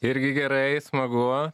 irgi gerai smagu